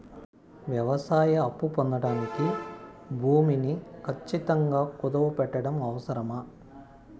వ్యవసాయ అప్పు పొందడానికి భూమిని ఖచ్చితంగా కుదువు పెట్టడం అవసరమా?